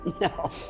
No